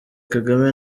kagame